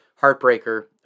heartbreaker